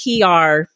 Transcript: pr